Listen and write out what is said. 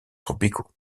tropicaux